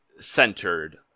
Centered